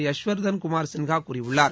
யஷ்வர்தன் குமார் சின்ஹா கூறியுள்ளார்